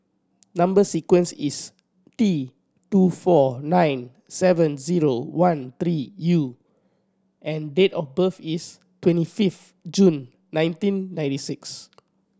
number sequence is T two four nine seven zero one three U and date of birth is twenty fifth June nineteen ninety six